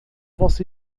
você